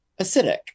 acidic